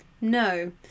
No